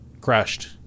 crashed